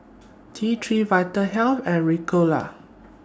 T three Vitahealth and Ricola